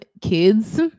kids